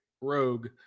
Rogue